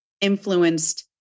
influenced